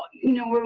you know,